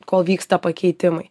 kol vyksta pakeitimai